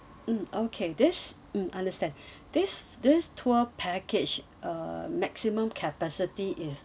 mm okay this mm understand this this tour package uh maximum capacity is